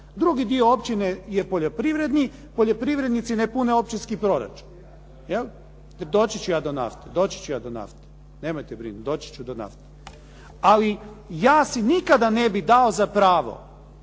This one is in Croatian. Drugi dio općine je poljoprivredni. Poljoprivrednici ne pune općinski proračun. Doći ću ja do nafte. Nemojte brinuti. Doći ću do nafte. Ali, ja si nikada ne bih dao za pravo